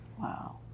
wow